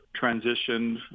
transitioned